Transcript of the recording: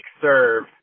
serve